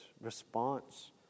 response